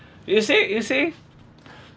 you see you see